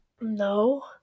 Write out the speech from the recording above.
No